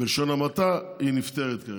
בלשון המעטה, היא נפתרת.